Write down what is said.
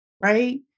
Right